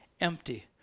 empty